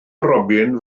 robin